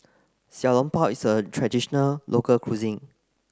Xiao Long Bao is a traditional local cuisine